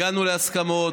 הגענו להסכמות.